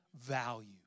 value